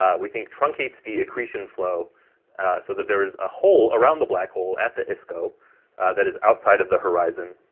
ah we think truncates the accretion flow so that there is a hole around the black hole at the isco that is outside of the horizon.